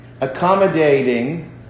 accommodating